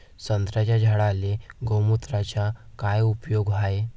संत्र्याच्या झाडांले गोमूत्राचा काय उपयोग हाये?